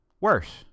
worse